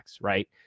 right